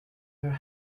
her